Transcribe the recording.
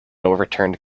overturned